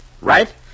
Right